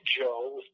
Joe